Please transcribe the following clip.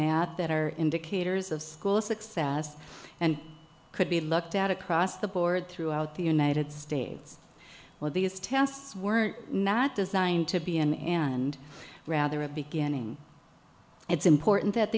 math that are indicators of school success and could be looked out across the board throughout the united states well these tests were not designed to be in and rather a beginning it's important that